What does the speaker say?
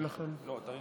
הביאו את העדים, לא היה